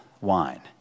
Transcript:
wine